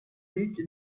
lutte